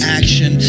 action